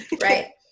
Right